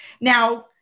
Now